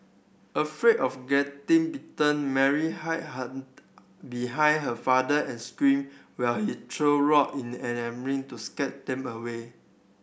afraid of getting bitten Mary hide behind her father and screamed while he threw rock in an to scare them away